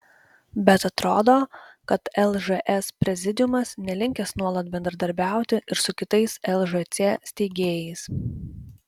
bet atrodo kad lžs prezidiumas nelinkęs nuolat bendradarbiauti ir su kitais lžc steigėjais